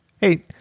Hey